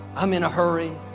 i'm in a hurry.